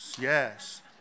Yes